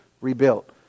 rebuilt